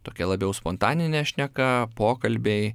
tokia labiau spontaninė šneka pokalbiai